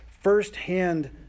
firsthand